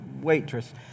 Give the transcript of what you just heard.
waitress